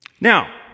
Now